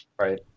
right